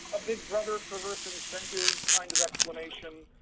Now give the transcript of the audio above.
a big brother perverse incentives kind of explanation,